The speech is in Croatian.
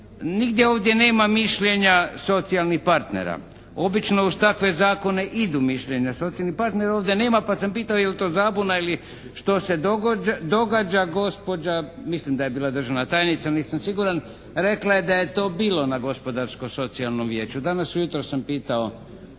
Nigdje ovdje nema mišljenja socijalnih partnera. Obično uz takve zakone idu mišljenja socijalnih partnera. Ovdje nema, pa sam pitao je li to zabuna ili što se događa? Gospođa, mislim da je bila državna tajnica ali nisam siguran, rekla je da je to bilo na gospodarsko socijalnom vijeću. Danas ujutro sam pitao